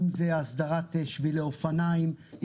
אם זה הסדרת שבילי אופניים,